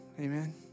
Amen